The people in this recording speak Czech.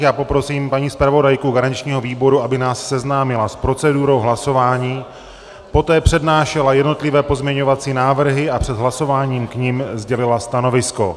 Já poprosím paní zpravodajku garančního výboru, aby nás seznámila s procedurou hlasování, poté přednášela jednotlivé pozměňovací návrhy a před hlasováním k nim sdělila stanovisko.